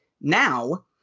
now